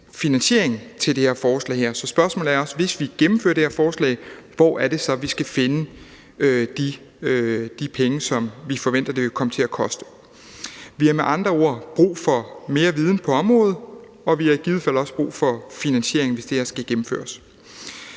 finansiering, så spørgsmålet er: Hvis vi gennemfører det her forslag, hvor er det så, vi så skal finde de penge, som vi forventer at det vil komme til at koste? Vi har med andre ord brug for mere viden på området, og vi har i givet fald også brug for finansiering, hvis det her skal gennemføres.